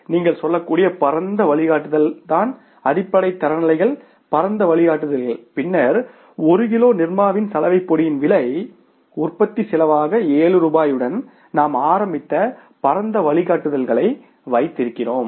நீங்கள் சொல்லக்கூடிய பரந்த வழிகாட்டுதல்தான் அடிப்படை தரநிலைகள் பரந்த வழிகாட்டுதல்கள் பின்னர் 1 கிலோ நிர்மாவின் சலவை பொடியின் உற்பத்தி செலவாக 7 ரூபாயுடன் நாம் ஆரம்பித்த பரந்த வழிகாட்டுதலை வைத்திருக்கிறோம்